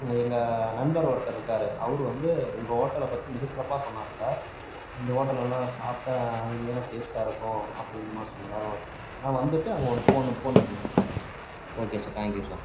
எங்கள் நண்பர் ஒருத்தர் இருக்கார் அவரு வந்து உங்கள் ஹோட்டல்ல பற்றி மிக சிறப்பாக சொன்னார் சார் இந்த ஹோட்டல் நல்லா சாப்பிட்டா அருமையான டேஸ்ட்டாக இருக்கும் அப்படின்ன மாதிரி சொன்னதினாலதான் சார் வரோம் நான் வந்துட்டு அங்கே வந்து ஃபோன் ஃபோன் பண்ணுறோம் sir okay sir thank you sir